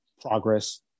progress